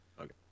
Okay